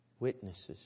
Witnesses